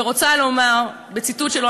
ורוצה לומר בציטוט שלו,